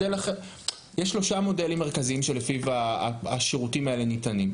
יש שלושה מודלים מרכזיים שלפיהם השירותים האלה ניתנים.